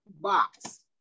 box